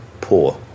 poor